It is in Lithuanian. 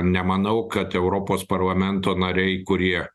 nemanau kad europos parlamento nariai kurie